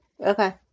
Okay